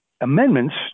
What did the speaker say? amendments